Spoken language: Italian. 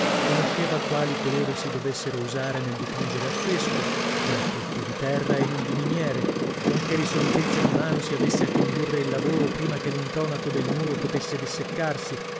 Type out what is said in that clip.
conosceva quali colori si dovessero usare nel dipingere a fresco cioè tutti di terra e non di miniere con che risolutezza di mano si avesse a condurre il lavoro prima che l'intonaco del muro potesse disseccarsi